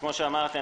כמו שאמרתי,